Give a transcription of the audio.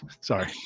sorry